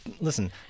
listen